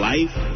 Life